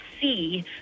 see